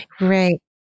Right